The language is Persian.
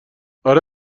آره